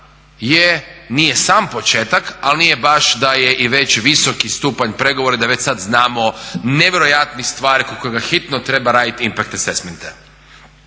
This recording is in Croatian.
je, nije sam početak, ali nije baš ni da je već visoki stupanj pregovora i da već sad znamo nevjerojatnu stvar kod kojega hitno treba raditi … Ja neću